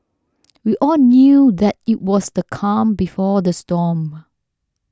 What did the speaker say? we all knew that it was the calm before the storm